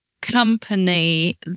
company